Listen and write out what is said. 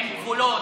עם גבולות,